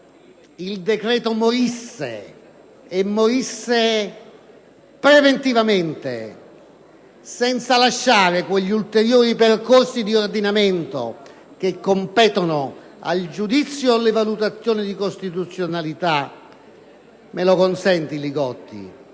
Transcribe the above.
il decreto morisse, e morisse preventivamente, senza lasciare quegli ulteriori percorsi di ordinamento che competono al giudizio e alle valutazioni di costituzionalità (me lo consenta, senatore